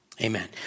Amen